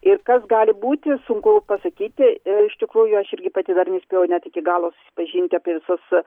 ir kas gali būti sunku pasakyti ir iš tikrųjų aš irgi pati dar nespėjau net iki galo susipažinti apie visus